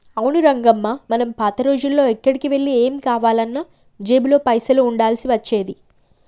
అవును రంగమ్మ మనం పాత రోజుల్లో ఎక్కడికి వెళ్లి ఏం కావాలన్నా జేబులో పైసలు ఉండాల్సి వచ్చేది